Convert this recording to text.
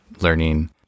learning